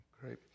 Great